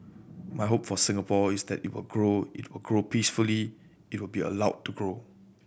my hope for Singapore is that it will grow it will grow peacefully it will be allowed to grow